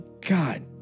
God